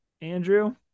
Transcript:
Andrew